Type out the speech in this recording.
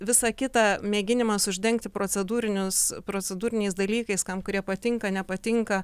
visa kita mėginimas uždengti procedūrinius procedūriniais dalykais kam kurie patinka nepatinka